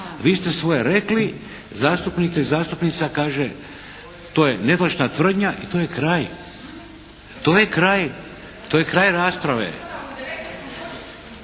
Vi ste svoje rekli, zastupnik te zastupnica kaže to je netočna tvrdnja i to je kraj. To je kraj rasprave.